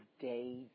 day